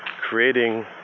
creating